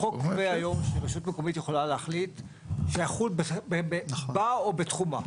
החוק קובע היום שרשות מקומית יכולה להחליט שייכות בה או בתחומה.